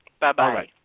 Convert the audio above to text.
Bye-bye